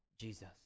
Jesus